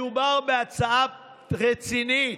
מדובר בהצעה רצינית,